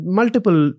multiple